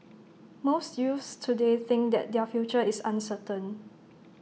most youths today think that their future is uncertain